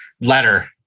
letter